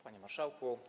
Panie Marszałku!